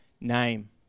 name